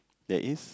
there is